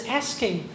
asking